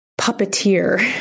puppeteer